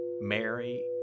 Mary